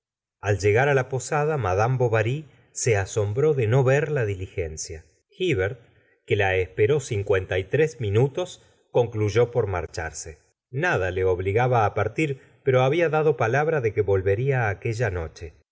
al llegar á la posada madame bovary se asombró de no ver la diligencia hivert que la esperó cincuenta y tres minutos concluyó por marcharse nada le obligaba á partir pero babia dado palabra de que volvería aquella noche